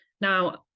Now